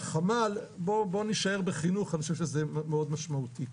בוא נישאר בחינוך, אני חושב שזה מאוד משמעותי.